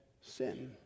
sin